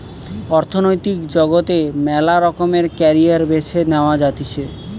অর্থনৈতিক জগতে মেলা রকমের ক্যারিয়ার বেছে নেওয়া যাতিছে